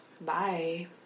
Bye